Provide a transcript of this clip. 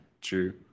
true